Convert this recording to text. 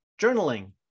Journaling